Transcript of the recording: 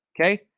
okay